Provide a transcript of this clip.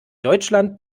deutschland